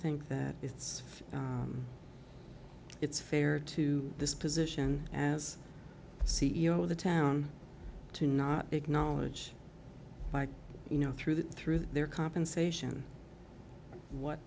think that it's it's fair to this position as c e o of the town to not acknowledge by you know through that through their compensation what